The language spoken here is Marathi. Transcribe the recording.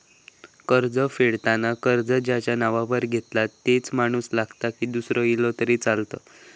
कर्ज फेडताना कर्ज ज्याच्या नावावर घेतला तोच माणूस लागता की दूसरो इलो तरी चलात?